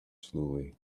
slowly